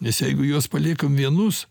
nes jeigu juos paliekam vienus